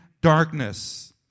darkness